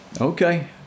Okay